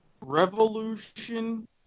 revolution